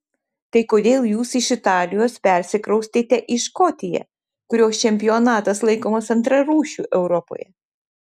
tai kodėl jūs iš italijos persikraustėte į škotiją kurios čempionatas laikomas antrarūšiu europoje